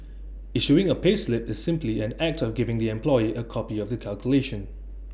issuing A payslip is simply an act of giving the employee A copy of the calculation